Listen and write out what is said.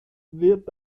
wird